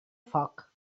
foc